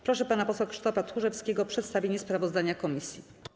Proszę pana posła Krzysztofa Tchórzewskiego o przedstawienie sprawozdania komisji.